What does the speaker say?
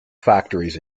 factories